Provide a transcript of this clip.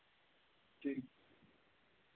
जी